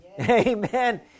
amen